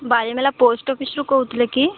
Balimela post ଅଫିସରୁ କହୁଥିଲେ କି